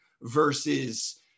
versus